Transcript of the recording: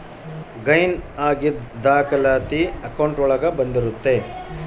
gain ಆಗಿದ್ ದಾಖಲಾತಿ account ಒಳಗ ಬಂದಿರುತ್ತೆ